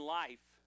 life